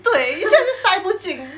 对这样是塞不进